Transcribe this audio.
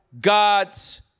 God's